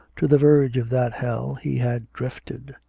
to the verge of that hell he had drifted.